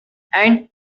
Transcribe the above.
and